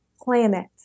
planet